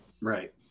right